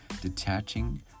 detaching